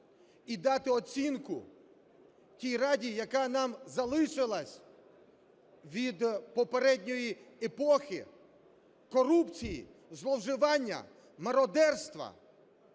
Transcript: і дати оцінку тій раді, яка нам залишилась від попередньої епохи корупції, зловживання, мародерства